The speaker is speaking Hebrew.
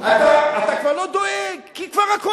גם כמה טובים.